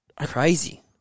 Crazy